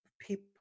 people